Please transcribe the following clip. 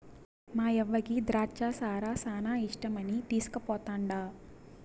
మాయవ్వకి ద్రాచ్చ సారా శానా ఇష్టమని తీస్కుపోతండా